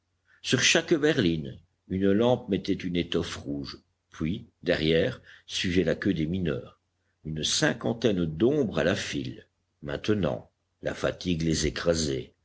sur chaque berline une lampe mettait une étoile rouge puis derrière suivait la queue des mineurs une cinquantaine d'ombres à la file maintenant la fatigue les écrasait